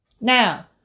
Now